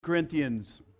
Corinthians